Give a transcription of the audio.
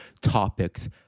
topics